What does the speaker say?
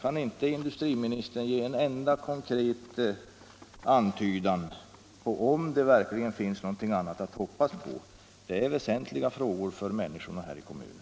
Kan inte industriministern ge en enda konkret antydan om det verkligen finns något annat att hoppas på? Det är väsentliga frågor för människorna i kommunen.